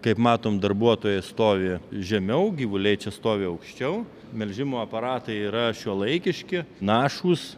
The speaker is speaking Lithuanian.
kaip matom darbuotojas stovi žemiau gyvuliai čia stovi aukščiau melžimo aparatai yra šiuolaikiški našūs